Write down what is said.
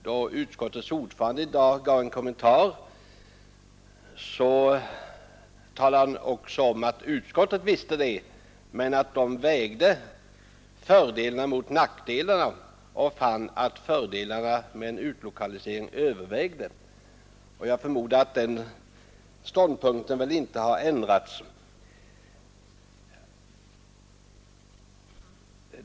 Då utskottets ordförande i dag gav en kommentar talade han om, att också utskottet visste det men att man vägt fördelarna mot nackdelarna och funnit att fördelarna med en utlokalisering övervägde. Jag förmodar att den ståndpunkten inte har ändrats.